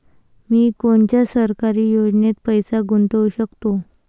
मी कोनच्या सरकारी योजनेत पैसा गुतवू शकतो?